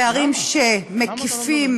פערים שמקיפים